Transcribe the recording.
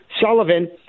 Sullivan